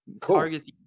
targeting